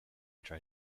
try